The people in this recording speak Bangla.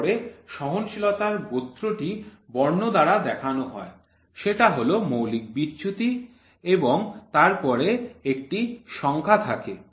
তারপরে সহনশীলতা গোত্র টি বর্ণ দ্বারা দেখানো হয় সেটা হল মৌলিক বিচ্যুতি এবং তারপরে একটি সংখ্যা থাকে